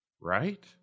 right